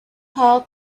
paul